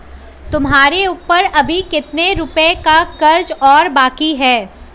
तुम्हारे ऊपर अभी कितने रुपयों का कर्ज और बाकी है?